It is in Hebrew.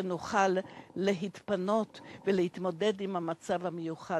פעולה בהתמודדות עם אתגרים אלה.